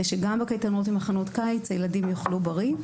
שגם בקייטנות ובמחנות קיץ הילדים יאכלו בריא.